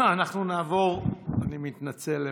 אנחנו נעבור לנושא הבא, אני מתנצל מראש,